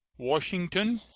washington,